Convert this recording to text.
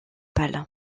pâle